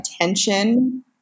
attention